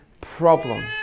problem